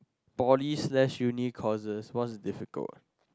poly slash uni courses what's difficult